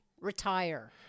Retire